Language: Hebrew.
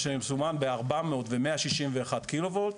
מה שמסומן בארבע מאות ומאה שישים ואחת קילו וולט.